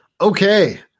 Okay